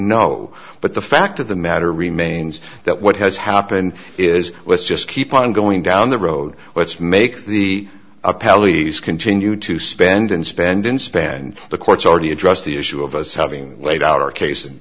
know but the fact of the matter remains that what has happened is let's just keep on going down the road what's make the a pallies continue to spend and spend and spend the courts already address the issue of us having laid out our case and